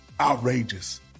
outrageous